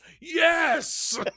Yes